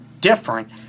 different